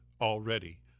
already